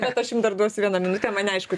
bet aš jum dar duosiu vieną minutę mane aišku